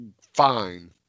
fine